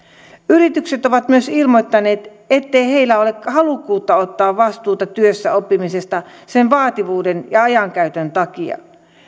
yritykset ovat myös ilmoittaneet ettei heillä ole halukkuutta ottaa vastuuta työssäoppimisesta sen vaativuuden ja ajankäytön takia